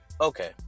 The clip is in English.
okay